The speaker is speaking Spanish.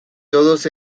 todos